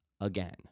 again